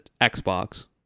Xbox